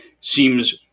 seems